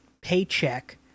Paycheck